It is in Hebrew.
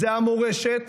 זו המורשת,